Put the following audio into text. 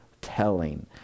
telling